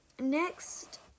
Next